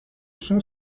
som